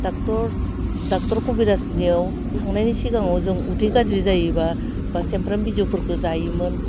doctor doctor खबिरासनियाव थांनायनि सिगाङाव जों उदै गाज्रि जायोबा बा सेमफ्राम बिजौफोरखौ जायोमोन